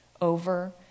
over